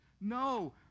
No